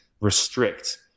restrict